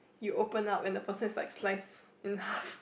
you open up and the person is like slice in half